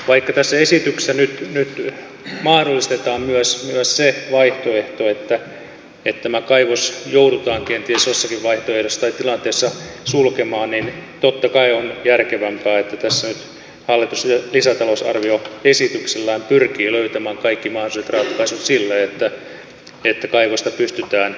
vaikka tässä esityksessä nyt mahdollistetaan myös se vaihtoehto että tämä kaivos joudutaan kenties jossakin vaihtoehdossa tai tilanteessa sulkemaan niin totta kai on järkevämpää että tässä nyt hallitus lisätalousarvioesityksellään pyrkii löytämään kaikki mahdolliset ratkaisut sille että kaivosta pystytään jatkamaan